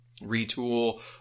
retool